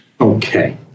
okay